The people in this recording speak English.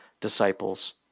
disciples